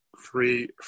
three